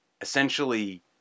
essentially